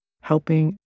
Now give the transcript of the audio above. helping